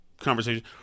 conversation